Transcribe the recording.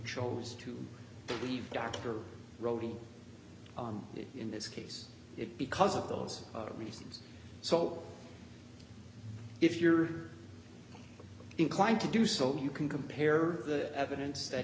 chose to believe dr robi in this case it because of those reasons so if you're inclined to do so you can compare the evidence that